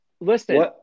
Listen